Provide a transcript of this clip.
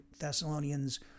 Thessalonians